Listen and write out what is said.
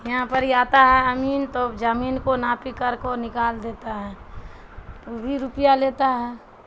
یہاں پر ہی آتا ہے امین تو جمین کو ناپی کر کو نکال دیتا ہے تو بھی روپیہ لیتا ہے